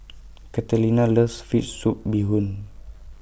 Catalina loves Fish Soup Bee Hoon